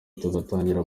tugatangira